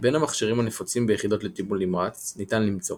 בין המכשירים הנפוצים ביחידות לטיפול נמרץ ניתן למצוא